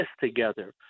together